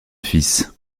fils